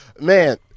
Man